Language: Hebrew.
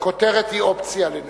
כותרת היא אופציה לנאום,